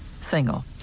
single